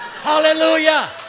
Hallelujah